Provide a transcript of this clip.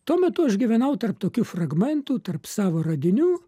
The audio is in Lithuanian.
tuo metu aš gyvenau tarp tokių fragmentų tarp savo radinių